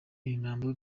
imirambo